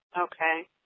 Okay